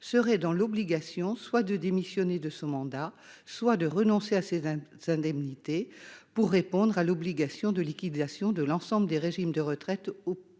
est dans l'obligation soit de démissionner de son mandat soit de renoncer à ses indemnités, pour répondre à l'obligation de liquidation de l'ensemble des régimes de retraite obligatoires